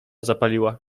zapaliła